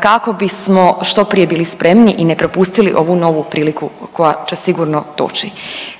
kako bismo što prije bili spremni i ne propustili ovu novu priliku koja će sigurno doći.